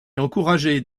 encouragée